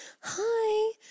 hi